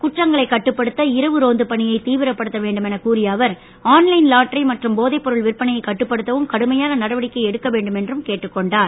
குற்றங்களை கட்டுப்படுத்த இரவு ரோந்து பணியை தீவிரப்படுத்த வேண்டும் என கூறிய அவர் ஆன் லைன் லாட்டரி மற்றும் போதைப் பொருள் விற்பனையை கட்டுப்படுத்தவும் கடுமையான நடவடிக்கை எடுக்க வேண்டும் என்றும் கேட்டுக் கொண்டார்